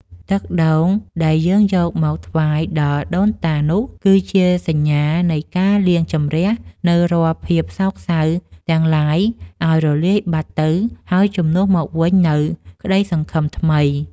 ទឹកដូងដែលយើងយកមកថ្វាយដល់ដូនតានោះ គឺជាសញ្ញានៃការលាងជម្រះនូវរាល់ភាពសោកសៅទាំងឡាយឱ្យរលាយបាត់ទៅហើយជំនួសមកវិញនូវក្តីសង្ឃឹមថ្មី។